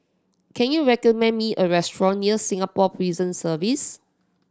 can you recommend me a restaurant near Singapore Prison Service